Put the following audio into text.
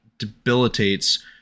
debilitates